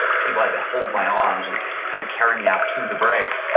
people had to hold my arms and kind of carry me out to the break.